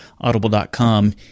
Audible.com